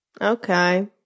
okay